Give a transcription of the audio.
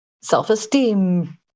self-esteem